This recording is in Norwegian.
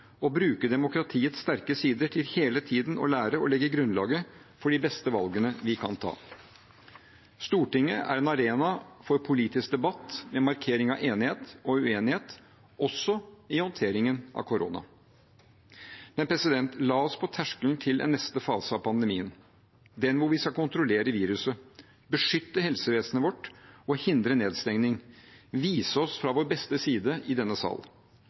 bruke demokratiets sterke sider til hele tiden å lære og legge grunnlaget for de beste valgene vi kan ta. Stortinget er en arena for politisk debatt, med markering av enighet og uenighet, også i håndteringen av korona. Men la oss nå, på terskelen til en neste fase av pandemien, den hvor vi skal kontrollere viruset, beskytte helsevesenets vårt og hindre nedstengning, vise oss fra vår beste side i denne sal